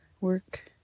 work